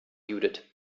judith